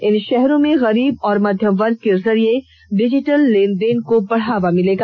इन शहरों में गरीब और मध्यम वर्ग के जरिये डिजिटल लेन देन को बढ़ावा मिलेगा